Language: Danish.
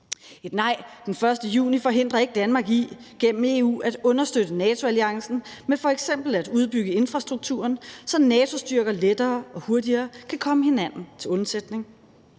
Et nej den 1. juni forhindrer ikke Danmark i gennem EU at understøtte NATO-alliancen med f.eks. at udbygge infrastrukturen, så NATO-styrker lettere og hurtigere kan komme hinanden til undsætning.